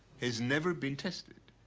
has never been tested,